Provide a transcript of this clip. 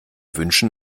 wünschen